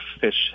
fish